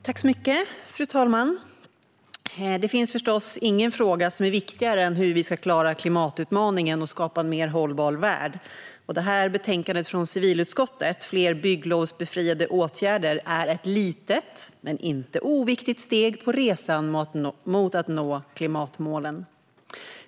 Fru talman! Det finns förstås ingen fråga som är viktigare än hur vi ska klara klimatutmaningen och skapa en mer hållbar värld. Detta betänkande från civilutskottet, Fler bygglovsbefriade åtgärder , är ett litet men inte oviktigt steg på resan mot att nå klimatmålen.